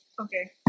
Okay